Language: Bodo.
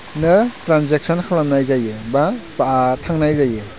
ट्रानजेकसन खालामनाय जायो बा थांनाय जायो